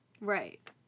right